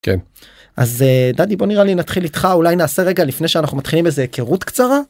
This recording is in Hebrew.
כן אז דדי בוא נראה לי נתחיל איתך אולי נעשה רגע לפני שאנחנו מתחילים איזה הכרות קצרה?